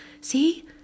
see